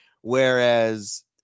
whereas